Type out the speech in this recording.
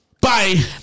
Bye